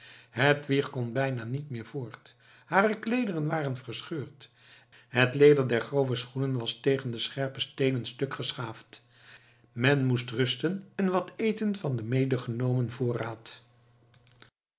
hedwig kon bijna niet meer voort hare kleederen waren verscheurd het leder der grove schoenen was tegen de scherpe steenen stuk geschaafd men moest rusten en wat eten van den medegenomen voorraad